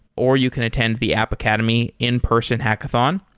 or you can attend the app academy in-person hackathon.